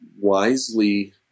wisely